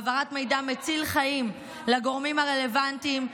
העברת מידע מציל חיים לגורמים הרלוונטיים,